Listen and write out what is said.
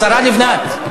השרה לבנת,